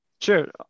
Sure